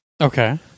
Okay